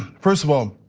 first of all,